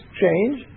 change